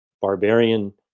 barbarian